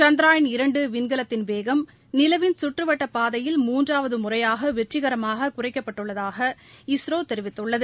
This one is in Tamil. சந்த்ரயான் இரண்டு விண்கலத்தின் வேகம் நிலவின் கற்றுவட்டப் பாதையில் மூன்றாவது முறையாக வெற்றிகரமாக குறைக்கப்பட்டுள்ளதாக இஸ்ரோ தெரிவித்துள்ளது